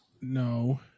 No